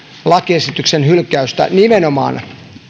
lakiesityksen hylkäystä nimenomaan